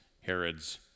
Herod's